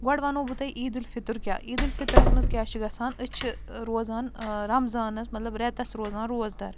گۄڈٕ ونو بہٕ تۄہہِ عیٖدُالفِطر کیٚاہ عیٖدُالفِطرس منٛز کیٛاہ چھُ گَژھان أسۍ چھِ روزان رمضانس مطلب ریٚتس روزان روزدر